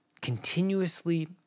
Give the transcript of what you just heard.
Continuously